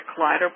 Collider